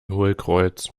hohlkreuz